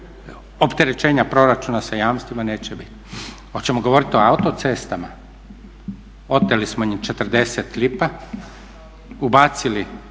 opterećenja proračuna sa jamstvima neće biti. Oćemo govoriti o autocestama? Oteli smo ih 40 lipa, ubacili